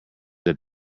that